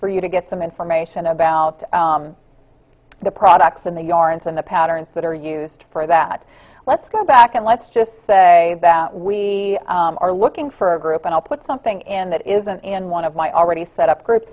for you to get some information about the products and the aaronson the patterns that are used for that let's go back and let's just say that we are looking for a group and i'll put something in that isn't in one of my already set up groups